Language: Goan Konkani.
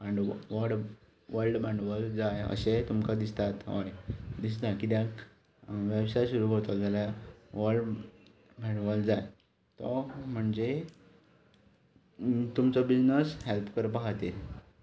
भांडव वल्ड भांडवल जाय अशें तुमकां दिसता हय दिसता किद्याक वेवसाय सुरू करतलो जाल्यार व्हड भांडवल जाय तो म्हणजे तुमचो बिजनस हेल्प करपा खातीर